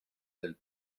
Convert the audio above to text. del